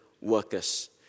workers